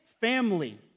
family